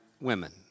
women